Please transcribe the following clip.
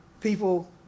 people